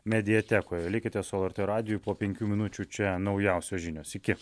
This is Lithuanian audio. mediatekoje likite su lrt radiju po penkių minučių čia naujausios žinios iki